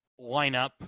lineup